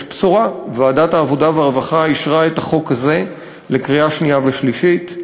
יש בשורה: ועדת העבודה והרווחה אישרה את החוק הזה לקריאה שנייה ושלישית.